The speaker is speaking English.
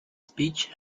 speech